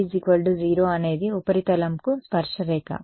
విద్యార్థి ఉపరితలంలో మేము కలిగి ఉన్నాము